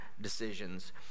decisions